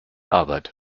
arbeit